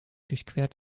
durchquert